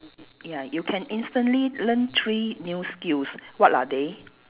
ya you can instantly learn three new skills what are they